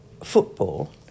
football